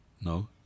No